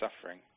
suffering